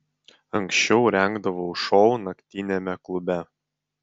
anksčiau rengdavau šou naktiniame klube